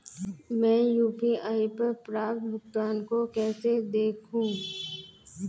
मैं यू.पी.आई पर प्राप्त भुगतान को कैसे देखूं?